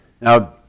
Now